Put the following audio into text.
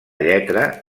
lletra